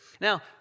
Now